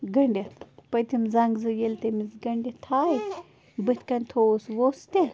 گٔنٛڈِتھ پٔتِم زنٛگہٕ زٕ ییٚلہِ تٔمِس گٔنٛڈِتھ تھایہِ بٕتھِ کَنہِ تھوٚوُس ووٚژھ تہِ